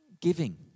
giving